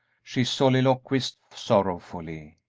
she soliloquized, sorrowfully.